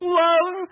love